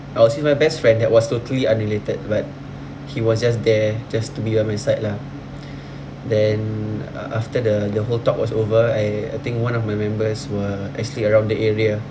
I was with my best friend that was totally unrelated but he was just there just to be on my side lah then after the the whole talk was over I I think one of my members were actually around the area